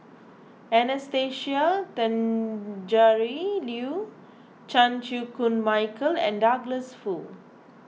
Anastasia Tjendri Liew Chan Chew Koon Michael and Douglas Foo